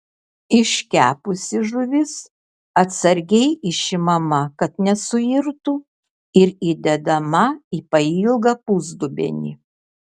iškepusi žuvis atsargiai išimama kad nesuirtų ir įdedama į pailgą pusdubenį